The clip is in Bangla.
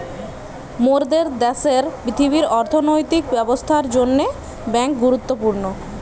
মোরদের দ্যাশের পৃথিবীর অর্থনৈতিক ব্যবস্থার জন্যে বেঙ্ক গুরুত্বপূর্ণ